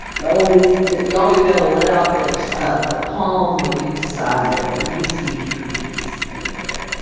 always you always got to let out ah just a calm, relieved sigh whenever you see true peace anywhere!